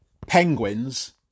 Penguins